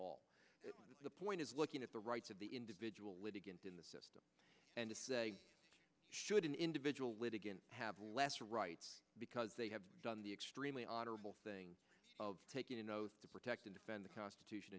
all the point is looking at the rights of the individual litigant in the system should an individual litigant have less rights because they have done the extremely honorable thing of taking an oath to protect and defend the constitution